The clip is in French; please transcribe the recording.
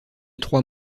trois